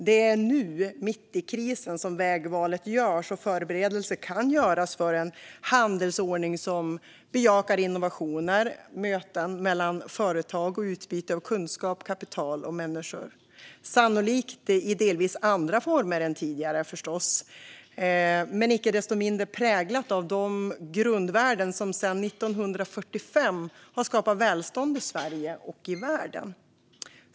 Det är nu, mitt i krisen, som vägvalet görs och förberedelser kan göras för en handelsordning som bejakar innovationer, möten mellan företag och utbyte av kunskap, kapital och människor, sannolikt i delvis andra former än tidigare men icke desto mindre präglat av de grundvärden som sedan 1945 skapat välstånd i Sverige och i världen.